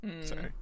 Sorry